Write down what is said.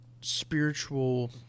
spiritual